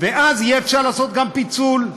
ואז יהיה אפשר לעשות גם פיצול.